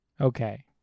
Okay